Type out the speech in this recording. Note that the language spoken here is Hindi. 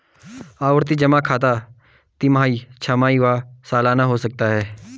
आवर्ती जमा खाता तिमाही, छमाही व सलाना हो सकता है